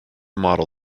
model